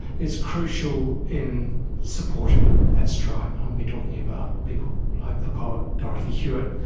is crucial in supporting that strike. and we're talking about people like the poet dorothy hewitt.